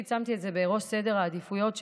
שמתי את זה בראש סדר העדיפויות שלי,